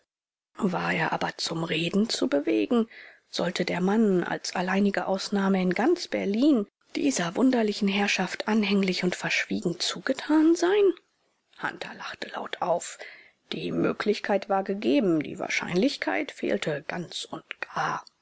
war er aber zum reden zu bewegen sollte der mann als alleinige ausnahme in ganz berlin dieser wunderlichen herrschaft anhänglich und verschwiegen zugetan sein hunter lachte laut auf die möglichkeit war gegeben die wahrscheinlichkeit fehlte ganz und gar